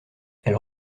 elle